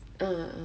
ah ah ah